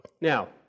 Now